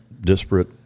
disparate